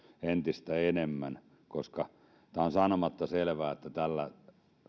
entistä enemmän koska on sanomatta selvää että tällä